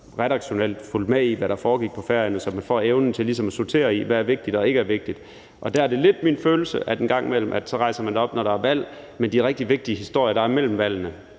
redaktionelt fulgte med i, hvad der foregik på Færøerne, så man ligesom får evnen til at sortere i, hvad der er vigtigt, og hvad der ikke er vigtigt. Og der er det lidt min følelse, at man en gang imellem rejser derop, når der er valg, men at det er i forbindelse med de rigtig vigtige historier, der er mellem valgene,